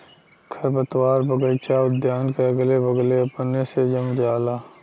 खरपतवार बगइचा उद्यान के अगले बगले अपने से जम जाला